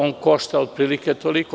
On košta otprilike toliko.